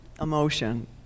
emotion